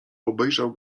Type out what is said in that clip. obejrzał